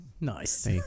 Nice